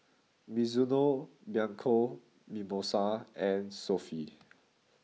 Mizuno Bianco Mimosa and Sofy